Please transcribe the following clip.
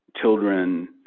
children